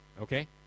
Okay